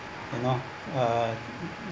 you know uh